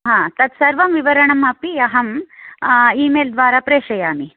तत् सर्वं विवरणमपि अहम् ईमैल् द्वारा प्रेषयामि